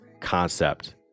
concept